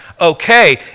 okay